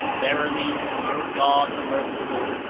verily, your god, the merciful,